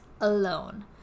alone